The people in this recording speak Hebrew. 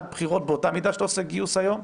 בחירות באותה מידה שאתה עושה גיוס היום?